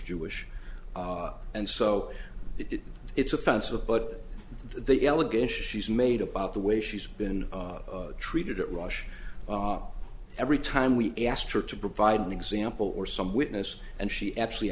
jewish and so it it's offensive but the allegation is made about the way she's been treated at rush every time we asked her to provide an example or some witness and she actually